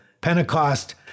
Pentecost